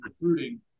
recruiting